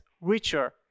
richer